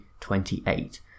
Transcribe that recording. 28